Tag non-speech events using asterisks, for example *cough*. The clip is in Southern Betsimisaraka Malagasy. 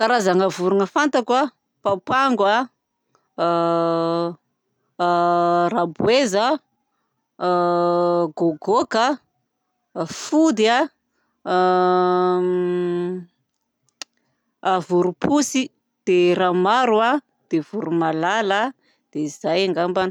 Karazana vorona fantako a papango a *hesitation* raboeza a gôgôka a fody a *hesitation* vorompotsy dia ramaro dia voromailala dia zay ngambany.